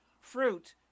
Fruit